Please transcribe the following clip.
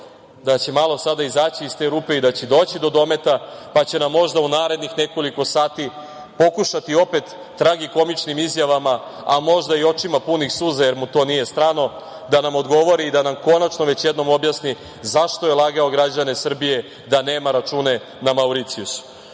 da će malo sada izaći iz te rupe i da će doći do dometa, pa će nam možda u narednih nekoliko sati pokušati opet tragikomičnim izjavama, a možda i očima punih suza, jer mu to nije strano, da nam odgovori i da nam konačno već jednom objasni zašto je lagao građane Srbije da nema račune na Mauricijusu. Što